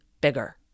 bigger